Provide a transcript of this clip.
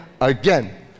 again